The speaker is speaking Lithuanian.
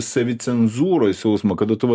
savicenzūros jausmą kada tu va